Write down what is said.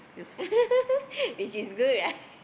which is good right